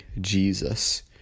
Jesus